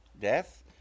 death